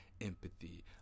empathy